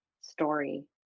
story